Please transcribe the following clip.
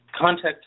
contact